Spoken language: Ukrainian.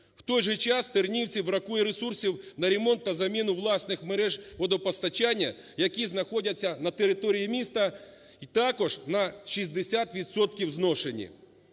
В той же час в Тернівці бракує ресурсів на ремонт та заміну власних мереж водопостачання, які знаходяться на території міста і також на 60 відсотків